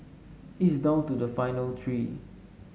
is down to the final three